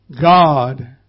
God